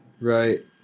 Right